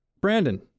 Brandon